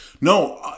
No